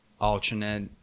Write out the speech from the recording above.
alternate